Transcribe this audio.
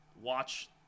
watch